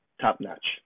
top-notch